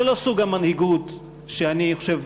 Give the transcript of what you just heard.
זה לא סוג המנהיגות שאני חושב